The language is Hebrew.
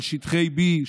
על שטחי B,